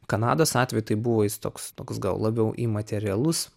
kanados atveju tai buvo jis toks toks gal labiau į materialus